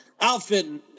outfitting